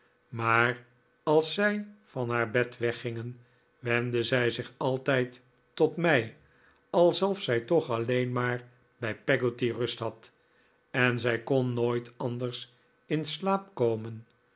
maar als zij van haar bed weggingen wendde zij zich altijd tot mij alsof zij toch alleen maar bij peggotty rust had en zij kon nooit anders in slaap komen